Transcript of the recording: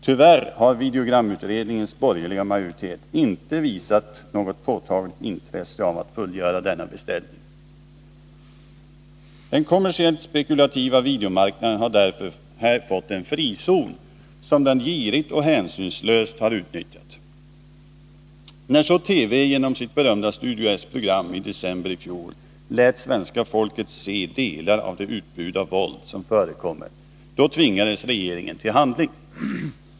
Tyvärr har videogramutredningens borgerliga majoritet inte visat något påtagligt intresse av att fullgöra denna beställning. Den kommersiellt spekulativa videomarknaden har därför här fått en frizon som den girigt och hänsynslöst har utnyttjat. När så TV genom sitt berömda Studio S-program i december i fjol lät svenska folket se delar av det utbud av våld som förekommer, tvingades regeringen till handling.